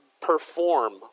perform